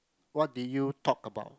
what did you talk about